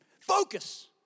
Focus